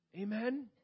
Amen